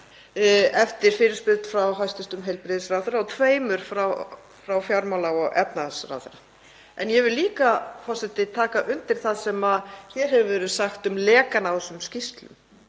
eftir svörum frá hæstv. heilbrigðisráðherra og tveimur frá fjármála- og efnahagsráðherra. En ég vil líka, forseti, taka undir það sem hér hefur verið sagt um lekann á þessum skýrslum